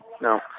no